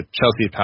Chelsea